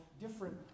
different